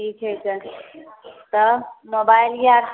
ठिके छै तब मोबाइल आओर